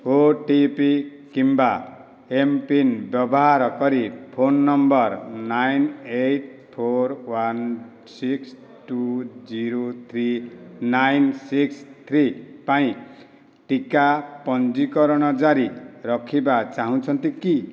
OTP କିମ୍ବା mPIN ବ୍ୟବହାର କରି phone number nine eight four one six two zero three nine six three ପାଇଁ ଟିକା ପଞ୍ଜୀକରଣ ଜାରି ରଖିବା ଚାହୁଁଛନ୍ତି କି